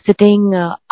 sitting